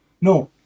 no